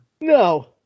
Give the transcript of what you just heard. no